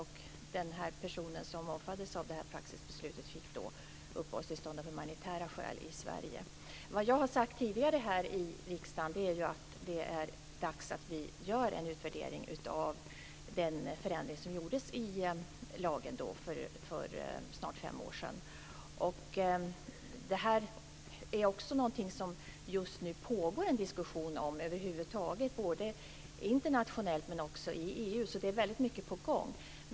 Och den person som omfattades av det här praxisbeslutet fick då uppehållstillstånd av humanitära skäl i Sverige. Vad jag har sagt tidigare här i riksdagen är ju att det är dags att göra en utvärdering av den förändring som gjordes i lagen för snart fem år sedan. Det här är över huvud taget någonting som det just nu pågår en diskussion om både internationellt och i EU, så det är väldigt mycket på gång.